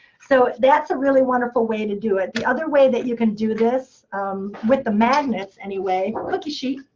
so that's a really wonderful way to do it. the other way that you can do this with the magnets anyway cookie sheet!